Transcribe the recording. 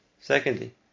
Secondly